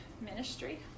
ministry